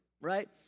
Right